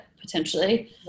potentially